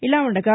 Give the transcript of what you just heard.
ఇలా ఉండగా